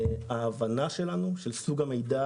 ההבנה שלנו היא שסוג המידע